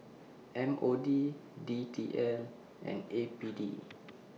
M O D D T L and A P D